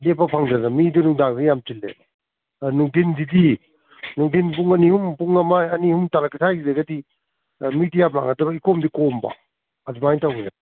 ꯂꯦꯞꯄ ꯐꯪꯗꯗꯅ ꯃꯤꯗꯨ ꯅꯨꯡꯗꯥꯡꯗꯗꯤ ꯌꯥꯝ ꯆꯤꯜꯂꯦꯕ ꯅꯨꯡꯊꯤꯟꯁꯤꯗꯤ ꯅꯨꯡꯊꯤꯟ ꯄꯨꯡ ꯑꯅꯤ ꯑꯍꯨꯝ ꯄꯨꯡ ꯑꯃ ꯑꯅꯤ ꯑꯍꯨꯝ ꯇꯥꯔꯛꯄ ꯁꯥꯋ꯭ꯏꯁꯤꯗꯒꯗꯤ ꯑꯥ ꯃꯤꯗꯨ ꯌꯥꯝ ꯂꯥꯛꯅꯗꯕꯒꯤ ꯀꯣꯝꯗꯤ ꯀꯣꯝꯕ ꯑꯗꯨꯃꯥꯏꯅ ꯇꯧꯕꯅꯦ